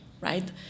right